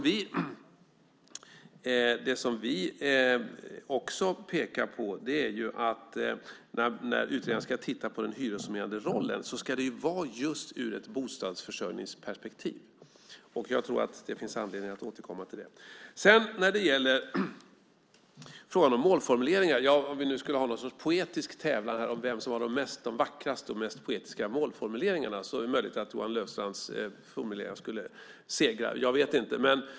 Vi pekar också på att utredaren, när han tittar på den hyresnormerande rollen, ska göra det just ur ett bostadsförsörjningsperspektiv. Det finns säkert anledning att återkomma till det. Sedan gällde det frågan om målformuleringar. Om vi skulle ha någon sorts poetisk tävlan om vem som har de vackraste och mest poetiska målformuleringarna är det möjligt att Johan Löfstrands formuleringar skulle segra, jag vet inte.